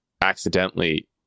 accidentally